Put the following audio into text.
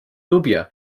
nubia